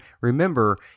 remember